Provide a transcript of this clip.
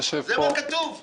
כי זה מה שכתוב פה.